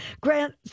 grant